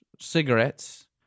cigarettes